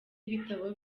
ibitabo